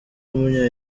w’umunya